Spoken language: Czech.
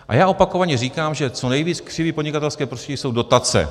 A já opakovaně říkám, že co nejvíc křiví podnikatelské prostředí jsou dotace.